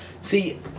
See